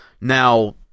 Now